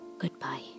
goodbye